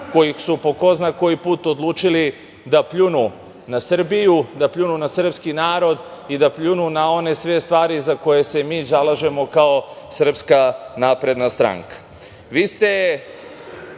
koji su po ko zna koji put odlučili da pljunu na Srbiju, da pljunu na srpski narod i da pljunu na sve one stvari za koje se mi zalažemo kao SNS.Vi ste na početku